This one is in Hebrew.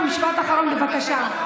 משפט אחרון, בבקשה.